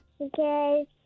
Okay